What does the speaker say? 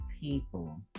people